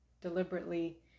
deliberately